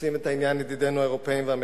תופסים את העניין ידידינו האירופים והאמריקנים,